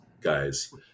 guys